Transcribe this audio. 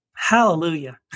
Hallelujah